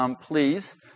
Please